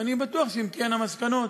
ואני בטוח שאם תהיינה מסקנות,